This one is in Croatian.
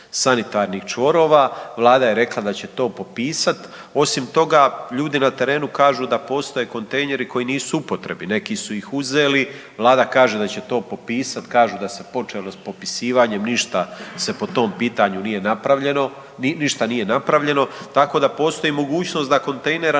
sanitarnih čvorova, vlada je rekla da će to popisat. Osim toga ljudi na trenu kažu da postoje kontejneri koji nisu u upotrebi, neki su ih uzeli, vlada kaže da će to popisat kaže da se počelo s popisivanje, ništa se po tom pitanju nije napravljeno, ništa nije napravljeno tako da postoji mogućnost da kontejnera